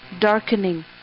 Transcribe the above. darkening